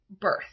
birth